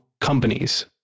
companies